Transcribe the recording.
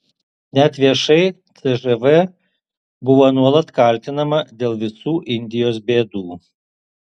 net viešai cžv buvo nuolat kaltinama dėl visų indijos bėdų